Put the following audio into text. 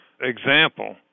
example